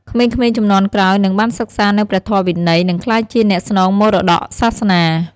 ក្មេងៗជំនាន់ក្រោយនឹងបានសិក្សានូវព្រះធម៌វិន័យ និងក្លាយជាអ្នកស្នងមរតកសាសនា។